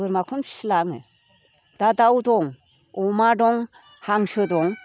बोरमाखौनो फिसिला आङो दा दाउ दं अमा दं हांसो दं